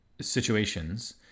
situations